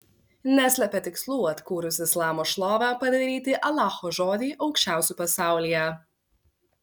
neslepia tikslų atkūrus islamo šlovę padaryti alacho žodį aukščiausiu pasaulyje